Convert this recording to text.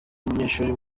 umunyeshuri